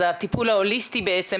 אז הטיפול ההוליסטי בעצם,